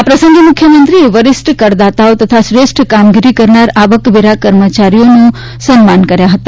આ પ્રસંગે મુખ્યમંત્રીએ વરિષ્ઠ કરદાતાઓ તથા શ્રેષ્ઠ કામગીરી કરનાર આવકવેરા કર્મચારીઓના સન્માન કર્યા હતા